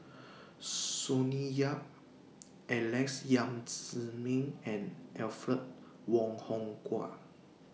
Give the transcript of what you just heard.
Sonny Yap Alex Yam Ziming and Alfred Wong Hong Kwok